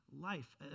life